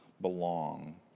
belong